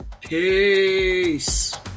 Peace